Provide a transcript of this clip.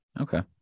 okay